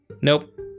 Nope